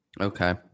Okay